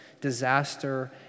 disaster